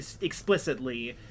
explicitly